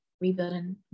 rebuilding